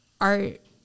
art